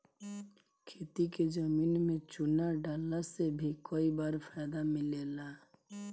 खेती के जमीन में चूना डालला से भी कई बार फायदा मिलेला